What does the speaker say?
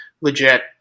legit